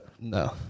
No